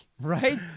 right